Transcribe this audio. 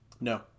No